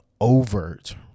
overt